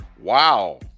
Wow